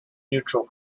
neutral